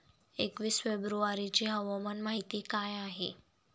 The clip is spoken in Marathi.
एकवीस फेब्रुवारीची हवामान माहिती आहे का?